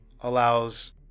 allows